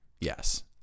Yes